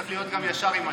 צריך להיות ישר עם עצמו.